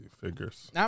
figures